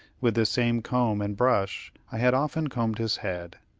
with this same comb and brush i had often combed his head.